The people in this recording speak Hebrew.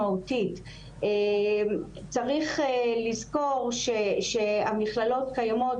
סביב הרעיון לשנות את המלגה שסייעה לסטודנטים בשנה א' לבוא וללמוד בנגב,